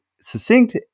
succinct